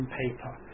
paper